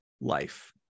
life